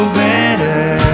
better